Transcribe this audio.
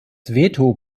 veto